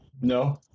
No